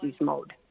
mode